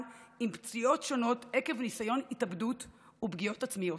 עם פציעות שונות עקב ניסיון התאבדות ופגיעות עצמיות.